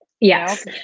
Yes